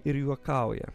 ir juokauja